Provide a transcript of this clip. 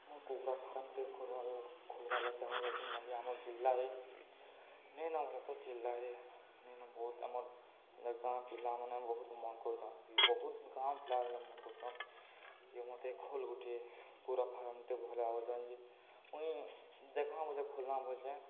ମୁଁ କୁକୁଡ଼ରା ଫାର୍ମଟେ ଖୋଲବା ଖୋଲ୍ବାର୍ ଲ ଚାହୁଁାଇଚ ନକ ଆମର୍ ଜିଲ୍ଲାରେ ନିେନବଲ ତ ଜିଲ୍ଲାରେ ନିେନ ବହୁତ ଆମର୍ ଗାଁ ପିଲାମାନେ ବହୁତ ମନ କରୁଛନ୍ କି ବହୁତ ଗାଁ ପିଲାମାନେ ମନ କରୁଛନ୍ ଯେ ମୋତେ ଖୋଲ୍ ଗୁଟେ କୁକୁଡ଼ା ଫାର୍ମଟେ ଭଲ ଭାବୁଛନ୍ ଯେ ମୁଇଁ ଦେଖଣା ବୁଜେ ଖୋଲନା ବୁଚେ